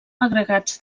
agregats